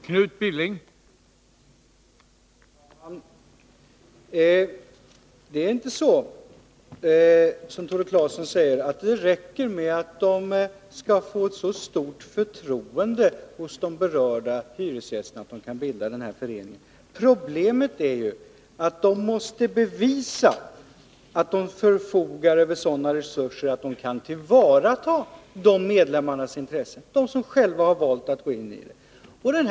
Herr talman! Det är inte så, som Tore Claeson säger, att det räcker med att man skall få ett sådant förtroende hos de berörda hyresgästerna att man kan bilda den här föreningen. Problemet är ju att man måste bevisa att man förfogar över sådana resurser att man kan tillvarata medlemmarnas intressen. Det gäller alltså medlemmar som själva har valt att gå in i föreningen.